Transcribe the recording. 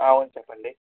అవును చెప్పండి